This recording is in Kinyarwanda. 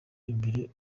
imbere